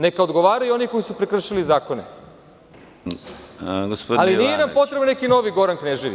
Neka odgovaraju oni koji su prekršili zakone, ali nije nam potreban novi Goran Knežević.